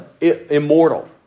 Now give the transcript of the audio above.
immortal